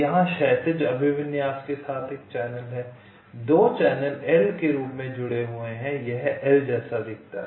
यहां क्षैतिज अभिविन्यास के साथ एक चैनल है 2 चैनल L के रूप में जुड़े हुए हैं यह L जैसा दिखता है